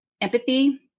empathy